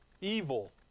evil